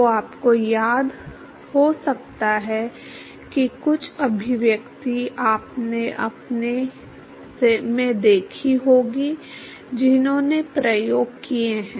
तो आपको याद हो सकता है कि कुछ अभिव्यक्ति आपने अपने में देखी होगी जिन्होंने प्रयोग किए हैं